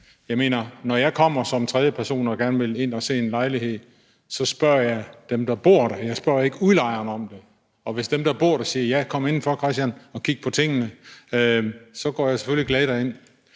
Jeg mener: Når jeg kommer som tredjeperson og gerne vil ind at se en lejlighed, spørger jeg dem, der bor der. Jeg spørger ikke udlejeren om det. Og hvis dem, der bor der, siger, ja, kom indenfor, og kig på tingene, Christian, så går jeg selvfølgelig glad derind.